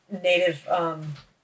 native